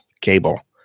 cable